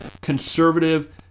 conservative